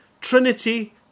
Trinity